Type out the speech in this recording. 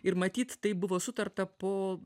ir matyt tai buvo sutarta po